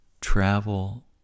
travel